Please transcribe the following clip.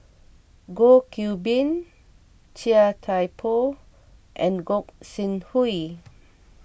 Goh Qiu Bin Chia Thye Poh and Gog Sing Hooi